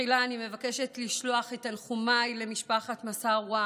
תחילה אני מבקשת לשלוח את תנחומיי למשפחת מסארווה